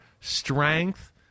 strength